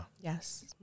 Yes